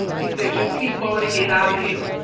he said, just keep going and get out of here.